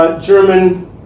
German